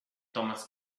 thomas